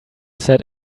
said